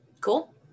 Cool